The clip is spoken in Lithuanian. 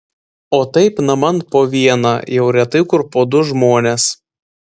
o taip naman po vieną jau retai kur po du žmones